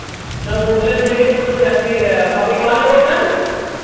نہ حظ مُبلیل کیٛاہ سا بوٚرُس یہِ ہَسا یہِ کَمٕے کالَے گوٚو تَنہٕ